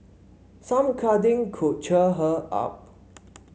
some cuddling could cheer her up